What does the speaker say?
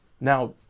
Now